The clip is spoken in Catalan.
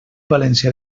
valencià